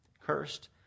Cursed